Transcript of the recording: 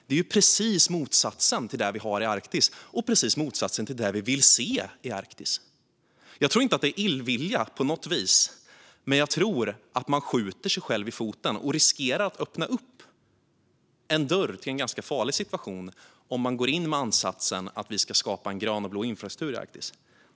Det är precis motsatsen till vad vi har i Arktis, och det är också motsatsen till vad vi vill se i Arktis. Jag tror inte att detta på något vis handlar om illvilja, men jag tror att man skjuter sig själv i foten och riskerar att öppna en dörr till en ganska farlig situation om man går in med ansatsen att man ska skapa grön och blå infrastruktur i Arktis.